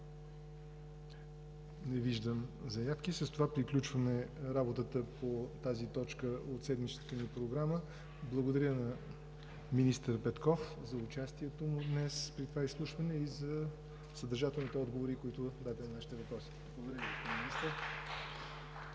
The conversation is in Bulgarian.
Не виждам заявки. С това приключваме работата по тази точка от седмичната ни Програма. Благодаря на министър Петков за участието му днес при това изслушване и за съдържателните отговори, които даде на нашите въпроси. Благодаря Ви,